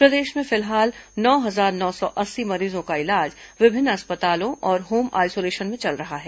प्रदेश में फिलहाल नौ हजार नौ सौ अस्सी मरीजों का इलाज विभिन्न अस्पतालों और होम आइसोलेशन में चल रहा है